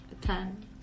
ten